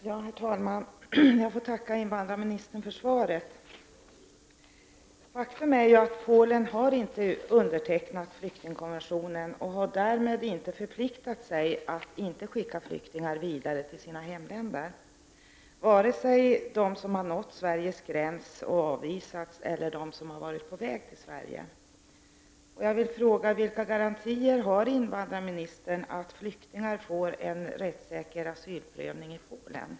Herr talman! Jag får tacka invandrarministern för svaret. Faktum är ju att Polen inte har undertecknat flyktingkonventionen och har därmed inte förpliktat sig att inte skicka flyktingar vidare till deras hemländer, varken de flyktingar som har nått Sveriges gräns och avvisats eller de flyktingar som har varit på väg till Sverige.